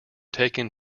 taken